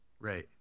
Right